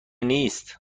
نیست